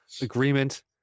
agreement